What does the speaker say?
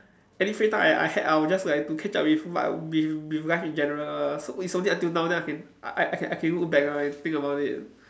any free time I I had I will just like to catch up with what with with life in general so it's only until now then I can I I can I can look back ah and think about it